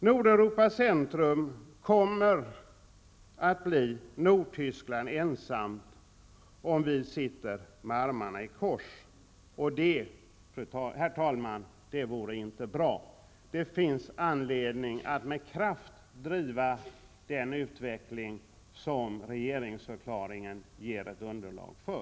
Nordeuropas centrum kommer att bli Nordtyskland ensamt om vi sitter med armarna i kors, och det, herr talman, vore inte bra. Det finns anledning att med kraft driva den utveckling som regeringsförklaringen ger underlag för.